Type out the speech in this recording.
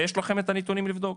יש לכם את הנתונים לבדוק.